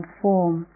form